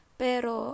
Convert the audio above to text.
pero